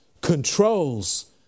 controls